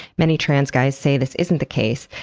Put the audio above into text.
many trans guys say this isn't the case.